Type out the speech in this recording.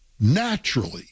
naturally